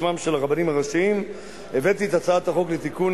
בשמם של הרבנים הראשיים: "הבאתי את הצעת החוק לתיקון